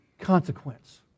consequence